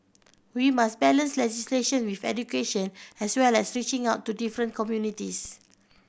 we must balance legislation with education as well as reaching out to different communities